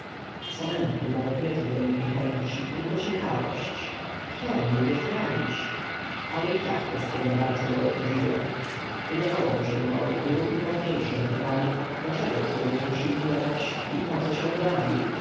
pochodnią samentu nawet nie czuł do nich niechęci tylko ciekawość kto mógł go zdradzić ale i ta kwestja niebardzo go obchodziła wydawało mu się bowiem nierównie ważniejszem pytanie dlaczego człowiek musi umierać i poco się rodził